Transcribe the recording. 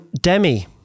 Demi